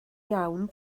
iawn